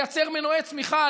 לייצר מנועי צמיחה,